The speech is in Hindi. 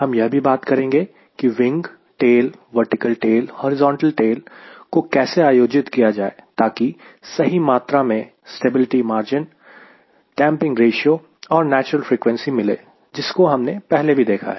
हम यह भी बात करेंगे की wing tail vertical tail horizontal tail को कैसे आयोजित किया जाए ताकि सही मात्रा में स्टेबिलिटी मार्जिन डैंपिंग रेशियो और नेचुरल फ्रिकवेंसी मिले जिसको हमने पहले भी देखा है